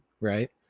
Right